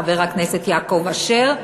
חבר הכנסת יעקב אשר,